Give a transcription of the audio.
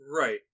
Right